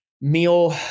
meal